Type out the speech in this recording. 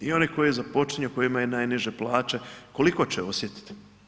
I oni koji započinju, koji imaju najniže plaće, koliko će osjetiti?